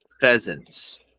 pheasants